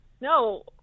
no